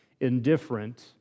indifferent